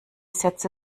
sätze